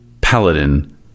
paladin